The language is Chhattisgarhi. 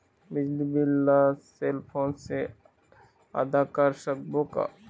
बिजली बिल ला सेल फोन से आदा कर सकबो का?